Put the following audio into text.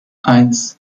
eins